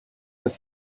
als